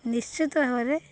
ନିଶ୍ଚିତ ଭାବରେ